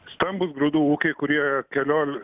stambūs grūdų ūkiai kurie kelioli